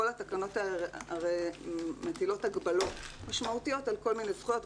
כל התקנות הרי מטילות הגבלות משמעותיות על כל מיני זכויות,